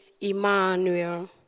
Emmanuel